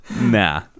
Nah